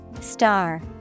Star